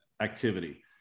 activity